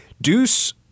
Deuce